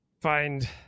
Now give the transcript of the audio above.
find